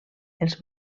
els